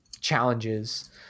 challenges